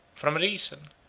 from reason,